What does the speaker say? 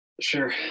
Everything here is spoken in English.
sure